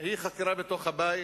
היא חקירה בתוך הבית.